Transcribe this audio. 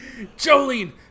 Jolene